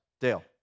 Dale